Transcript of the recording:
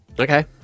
Okay